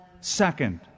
second